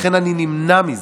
לכן אני נמנע מזה,